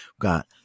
got